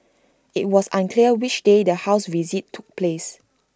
IT was unclear which day the house visit took place